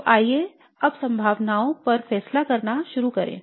तो आइए अब संभावनाओं पर फैसला करना शुरू करें